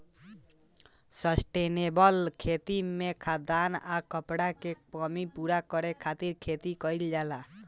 sustainable खेती में खाद्यान आ कपड़ा के कमी पूरा करे खातिर खेती कईल जाला